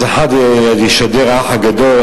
אז אחד ישדר "האח הגדול",